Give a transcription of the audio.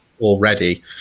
already